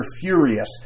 furious